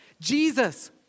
Jesus